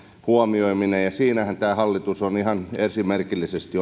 huomioiminen ja siinähän tämä hallitus on ihan esimerkillisesti